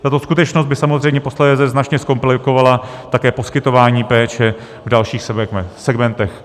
Tato skutečnost by samozřejmě posléze značně zkomplikovala také poskytování péče v dalších segmentech.